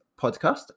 podcast